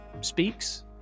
speaks